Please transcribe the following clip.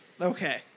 Okay